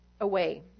away